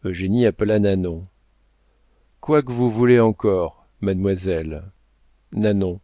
partageant eugénie appela nanon quoi que vous voulez encore mademoiselle nanon